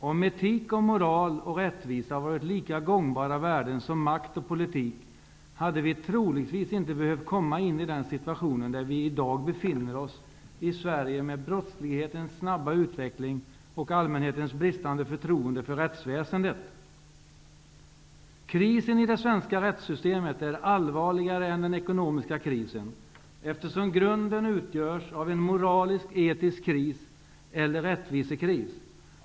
Om etik, moral och rättvisa hade varit lika gångbara värden som makt och politik, hade vi troligtvis inte behövt komma i den situation som vi i dag befinner oss i Sverige med brottslighetens snabba utveckling och allmänhetens bristande förtroende för rättsväsendet. Krisen i det svenska rättssystemet är allvarligare än den ekonomiska krisen, eftersom grunden utgörs av en moralisk etisk kris eller rättvisekris.